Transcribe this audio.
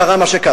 קרה מה שקרה